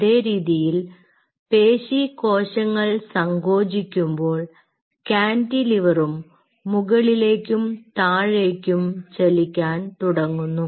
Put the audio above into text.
അതെ രീതിയിൽ പേശി കോശങ്ങൾ സങ്കോചിക്കുമ്പോൾ കാന്റിലിവറും മുകളിലേക്കും താഴേക്കും ചലിക്കാൻ തുടങ്ങുന്നു